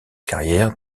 carrière